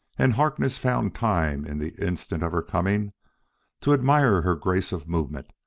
and harkness found time in the instant of her coming to admire her grace of movement,